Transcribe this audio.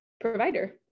provider